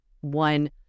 one